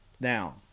Now